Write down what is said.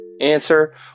Answer